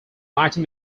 item